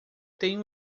tem